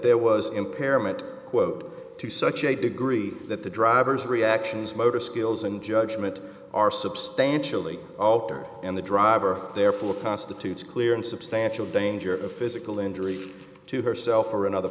there was impairment to such a degree that the driver's reactions motor skills and judgment are substantially altered and the driver therefore constitutes a clear and substantial danger of physical injury to herself or another